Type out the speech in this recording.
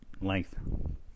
Length